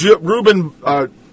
Ruben